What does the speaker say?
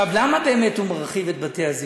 עכשיו, למה באמת הוא מרחיב את בתי-הזיקוק?